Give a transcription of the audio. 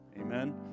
Amen